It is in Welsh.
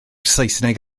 saesneg